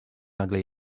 nagle